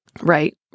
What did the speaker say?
Right